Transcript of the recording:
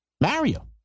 Mario